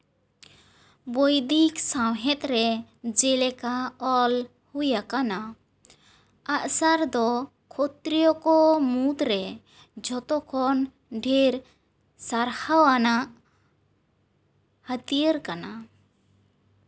ᱵᱳᱭᱫᱤᱠ ᱥᱟᱶᱦᱮᱫᱨᱮ ᱡᱮᱞᱮᱠᱟ ᱚᱞ ᱦᱩᱭ ᱟᱠᱟᱱᱟ ᱟᱜᱥᱟᱨ ᱫᱚ ᱠᱷᱚᱛᱛᱤᱨᱚᱭᱚ ᱠᱚ ᱢᱩᱫᱽᱨᱮ ᱡᱷᱚᱛᱚ ᱠᱷᱚᱱ ᱰᱷᱮᱨ ᱥᱟᱨᱦᱟᱣ ᱟᱱᱟᱜ ᱦᱟᱹᱛᱭᱟᱹᱨ ᱠᱟᱱᱟ